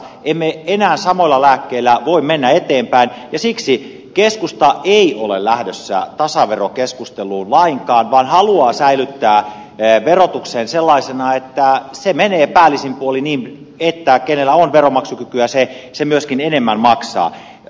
emme enää samoilla lääkkeillä voi mennä eteenpäin ja siksi keskusta ei ole lähdössä tasaverokeskusteluun lainkaan vaan haluaa säilyttää verotuksen sellaisena että se menee päällisin puolin niin että se jolla on veronmaksukykyä myöskin enemmän maksaa